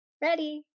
Ready